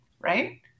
Right